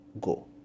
go